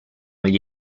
gli